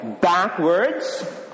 backwards